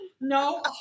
no